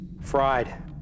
Fried